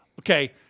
Okay